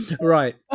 right